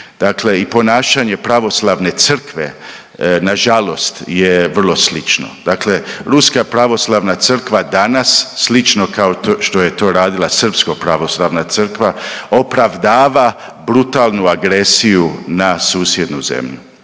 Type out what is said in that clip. i ponašanje pravoslavne crkve nažalost je vrlo slično. Dakle, Ruska pravoslavna crkva danas slično kao što je to radila Srpska pravoslavna crkva opravdava brutalnu agresiju na susjednu zemlju.